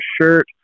shirt